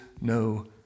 no